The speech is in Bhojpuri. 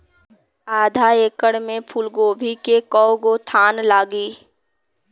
आधा एकड़ में फूलगोभी के कव गो थान लागी?